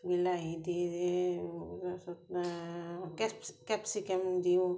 বিলাহী দি তাৰপাছত কেপচিকাম দিওঁ